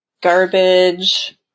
Garbage